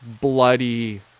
bloody